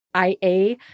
IA